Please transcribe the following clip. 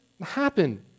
happen